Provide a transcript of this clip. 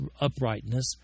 uprightness